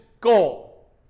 goal